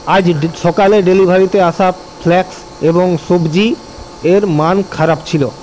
আজ সকালে ডেলিভারিতে আসা ফ্লাস্ক এবং সবজির মান খারাপ ছিল